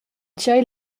tgei